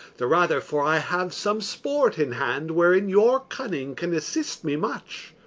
the rather for i have some sport in hand wherein your cunning can assist me much.